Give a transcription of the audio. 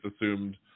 assumed